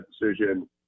decision